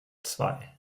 zwei